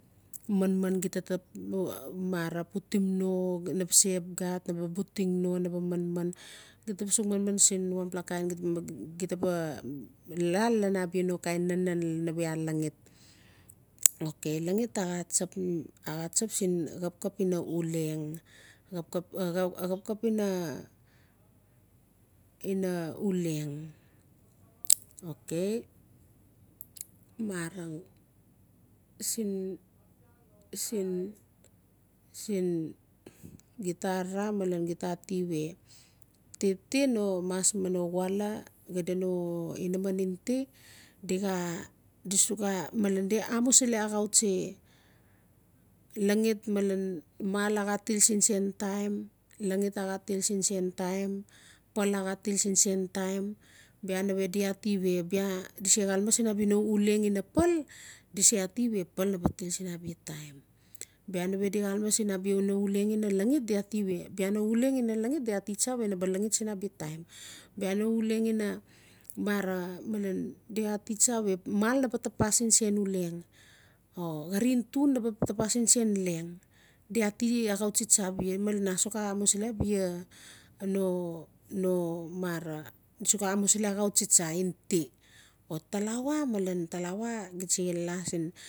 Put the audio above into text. Manman gita putim no na ba se xap xat na ba buting no na ba manman xedaa ba sux manman sin wanpla kain gita ba laa lalan abia no kain nanan mave a laxit okay laxit axa tsap sin no xapxap ina uleng xapxap ina-ina uleng okay marang sin-sin gita arara malen gita ati we ti-ti no mas ni no wala gita no inaman in ti di xaa di sux xaa malen amusili axau tsi laxit malen mal axa til sin sen taim laxit axa til sin s ntaim pal axa til sin sen taim bia nave di ati se bia di se xaleme sin abia uleng ina pal di se ati we pal naba se til sin abia taim na we di xaleme sin abia no uleng ina laxit di ati we bia no uleng ina laxit di at iwe bia no uleng ina laxit no ba laxit tsa sin abia taim bia no uleng ina mara malen di xaa ati tsa malen mal naba tapas sin sen uleng o xarin tun na ba tapas sin sen leng di at axau tsi tsa abia malen asux amusili abia no mmara di sux awmusili axau tsi tsa in ti o talawa malen talawa gita se la sin